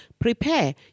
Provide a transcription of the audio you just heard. prepare